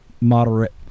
moderate